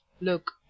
look